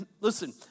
listen